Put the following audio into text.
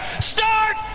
start